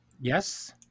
Yes